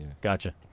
gotcha